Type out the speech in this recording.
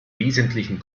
wesentlichen